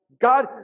God